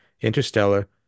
Interstellar